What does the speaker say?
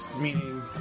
meaning